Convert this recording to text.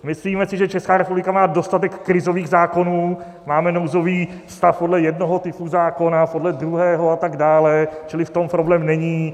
Myslíme si, že Česká republika má dostatek krizových zákonů, máme nouzový stav podle jednoho typu zákona, podle druhého a tak dále, čili v tom problém není.